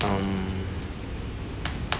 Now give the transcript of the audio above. um